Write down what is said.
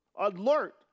Alert